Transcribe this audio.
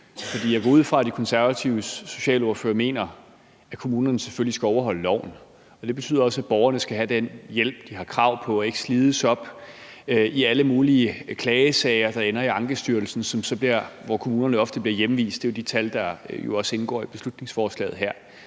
jeg går ud fra, at De Konservatives socialordfører mener, at kommunerne selvfølgelig skal overholde loven, og det betyder også, at borgerne skal have den hjælp, de har krav på, og ikke slides op i alle mulige klagesager, der ender i Ankestyrelsen, og som ofte bliver hjemvist til kommunerne. Det er jo de tal, der også indgår i beslutningsforslaget her.